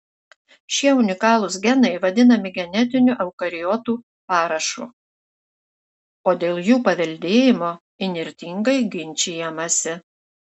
šie unikalūs genai vadinami genetiniu eukariotų parašu o dėl jų paveldėjimo įnirtingai ginčijamasi